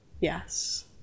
Yes